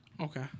Okay